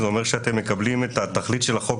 זה אומר שאתם מקבלים את התכלית של החוק,